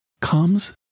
comes